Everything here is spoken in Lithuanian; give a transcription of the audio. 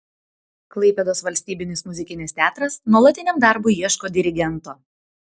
klaipėdos valstybinis muzikinis teatras nuolatiniam darbui ieško dirigento